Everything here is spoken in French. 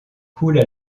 coule